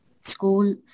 School